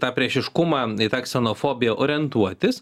tą priešiškumą į tą ksenofobiją orientuotis